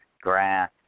grass